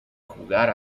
jugar